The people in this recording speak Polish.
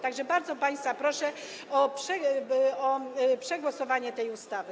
Tak że bardzo państwa proszę o przegłosowanie tej ustawy.